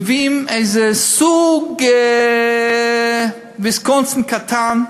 מביאים איזה סוג ויסקונסין קטן,